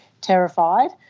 terrified